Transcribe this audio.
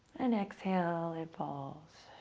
and exhale, it falls.